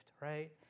right